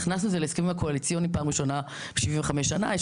הכנסנו את זה להסכמים הקואליציוניים פעם ראשונה איזושהי העדפה